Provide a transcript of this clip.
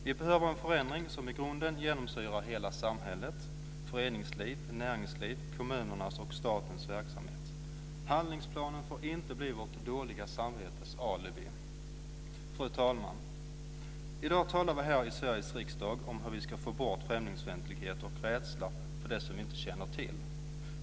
Vi behöver en förändring som i grunden genomsyrar hela samhället: föreningsliv, näringsliv, kommunernas och statens verksamhet. Handlingsplanen får inte bli vårt dåliga samvetes alibi. Fru talman! I dag talar vi här i Sveriges riksdag om hur vi ska få bort främlingsfientlighet och rädsla för det som vi inte känner till.